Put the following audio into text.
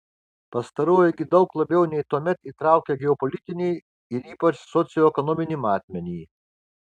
pastaroji gi daug labiau nei tuomet įtraukia geopolitinį ir ypač socioekonominį matmenį